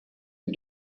who